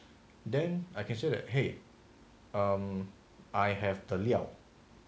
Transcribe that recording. then I can say that !hey! um I have the 料